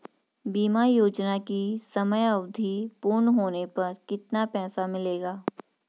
बीमा योजना की समयावधि पूर्ण होने पर कितना पैसा मिलेगा?